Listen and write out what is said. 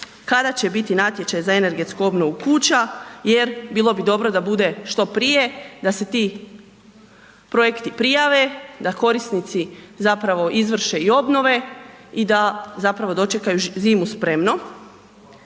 kada će biti natječaj za energetsku obnovu kuća jer bilo bi dobro da bude što prije da se ti projekti prijave, da korisnici zapravo izvrše i obnove i da zapravo dočekaju zimu spremno.